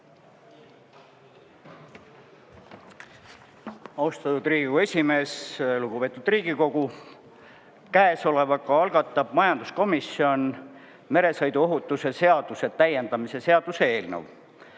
Austatud Riigikogu esimees! Lugupeetud Riigikogu! Käesolevaga algatab majanduskomisjon meresõiduohutuse seaduse täiendamise seaduse eelnõu.